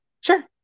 Sure